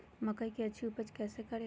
मकई की अच्छी उपज कैसे करे?